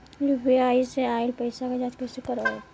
UPI से आइल पईसा के जाँच कइसे करब?